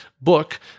book